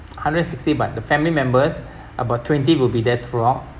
hundred and sixty but the family members about twenty will be there throughout